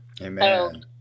Amen